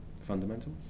fundamental